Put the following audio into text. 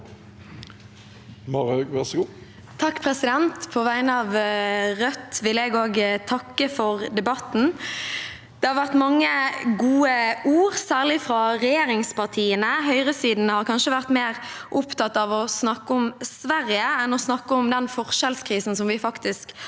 (R) På vegne av Rødt vil også jeg takke for debatten. Det har vært mange gode ord, særlig fra regjeringspartiene. Høyresiden har kanskje vært mer opptatt av å snakke om Sverige enn av å snakke om den forskjellskrisen som vi faktisk har i